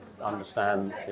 understand